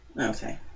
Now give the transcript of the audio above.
Okay